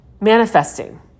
Manifesting